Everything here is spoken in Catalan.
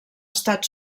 estat